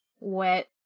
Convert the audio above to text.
wet